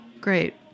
Great